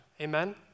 amen